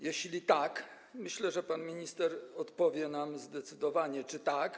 Jeśli tak, myślę, że pan minister odpowie nam zdecydowanie, czy tak.